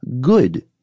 good